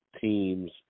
teams